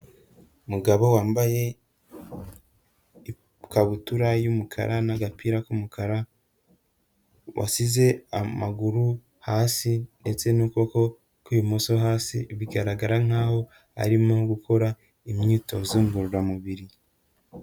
Umugabo wambaye ikabutura y'umukara n'agapira k'umukara, wasize amaguru hasi ndetse n'ukuboko kw'ibumoso hasi, bigaragara nk'aho arimo no gukora imyitozo ngororamubiri.